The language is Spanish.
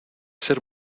ser